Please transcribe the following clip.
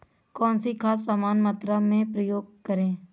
कौन सी खाद समान मात्रा में प्रयोग करें?